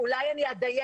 אז אולי אני אדייק,